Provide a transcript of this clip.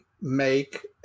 make